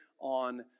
on